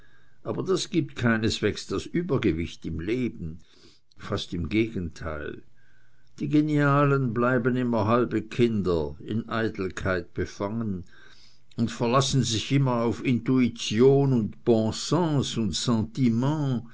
aber das gibt keineswegs das übergewicht im leben fast im gegenteil die genialen bleiben immer halbe kinder in eitelkeit befangen und verlassen sich immer auf intuition und bon sens und sentiment